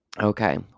Okay